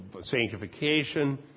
sanctification